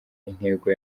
intego